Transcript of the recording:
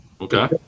Okay